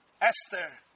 Esther